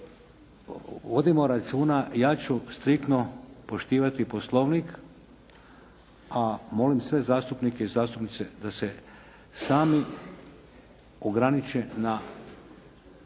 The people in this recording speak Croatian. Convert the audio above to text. vodimo računa, ja ću striktno poštivati Poslovnik, a molim sve zastupnike i zastupnice da se sami ograniče na